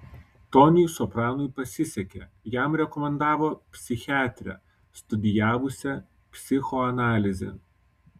toniui sopranui pasisekė jam rekomendavo psichiatrę studijavusią psichoanalizę